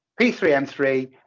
P3M3